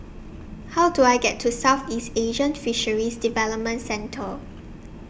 How Do I get to Southeast Asian Fisheries Development Centre